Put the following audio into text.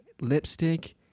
lipstick